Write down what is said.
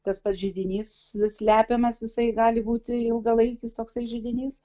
tas pats židinys vis slepiamas jisai gali būti ilgalaikis toksai židinys